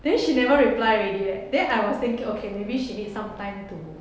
then she never reply already leh then I was thinking okay maybe she need some time to